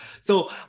So-